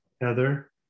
Heather